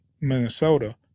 Minnesota